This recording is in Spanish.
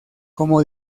como